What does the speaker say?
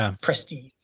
prestige